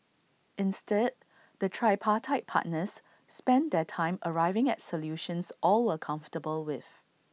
instead the tripartite partners spent their time arriving at solutions all were comfortable with